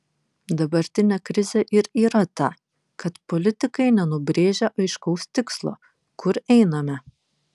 dabartinė krizė ir yra ta kad politikai nenubrėžia aiškaus tikslo kur einame